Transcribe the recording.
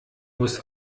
muss